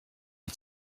die